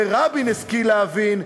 ורבין השכיל להבין,